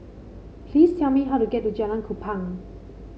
please tell me how to get to Jalan Kupang